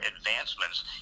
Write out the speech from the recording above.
advancements